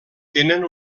tenen